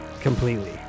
Completely